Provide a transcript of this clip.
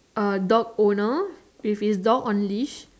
uh dog owner with his dog on leash